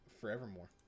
forevermore